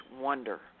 wonder